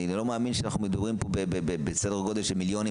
אני לא מאמין שאנחנו מדברים פה אפילו בסדר גודל של מיליונים,